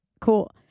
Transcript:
cool